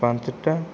ପାଞ୍ଚଟା